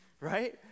right